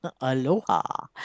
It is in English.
Aloha